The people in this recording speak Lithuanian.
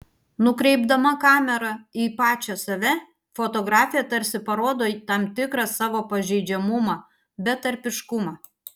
nukreipdama kamerą į pačią save fotografė tarsi parodo tam tikrą savo pažeidžiamumą betarpiškumą